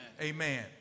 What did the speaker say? Amen